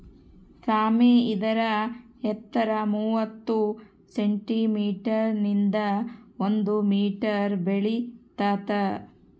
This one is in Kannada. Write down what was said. ಸಾಮೆ ಇದರ ಎತ್ತರ ಮೂವತ್ತು ಸೆಂಟಿಮೀಟರ್ ನಿಂದ ಒಂದು ಮೀಟರ್ ಬೆಳಿತಾತ